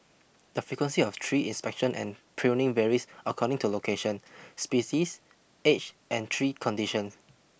the frequency of tree inspection and pruning varies according to location species age and tree condition